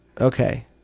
Okay